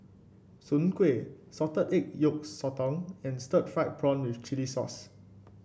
Soon Kway Salted Egg Yolk Sotong and Stir Fried Prawn with Chili Sauce